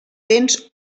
dels